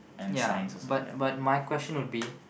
ya but but my question would be